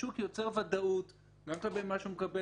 השוק יותר ודאות גם כלפי מה שהוא מקבל